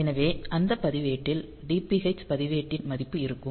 எனவே அந்த பதிவேட்டில் DPH பதிவேட்டின் மதிப்பு கிடைக்கும்